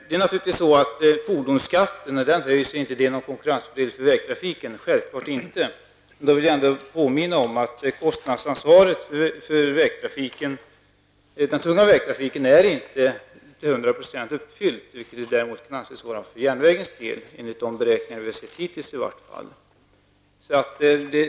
Det är naturligtvis så att när fordonskatten höjs ger det inte några konkurrensfördelar för vägtrafiken, självfallet inte. Då vill jag påminna om att kostnadsansvaret för den tunga vägtrafiken inte är till 100 % uppfyllt, vilket det däremot anses vara för järnvägens del enligt de beräkningar som vi hittills har sett.